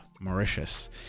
Mauritius